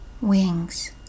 Wings